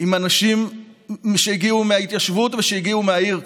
עם אנשים שהגיעו מההתיישבות והגיעו מהעיר,